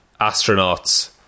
astronauts